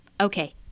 Okay